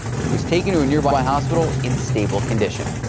she was taken to a nearby hospital in stable condition.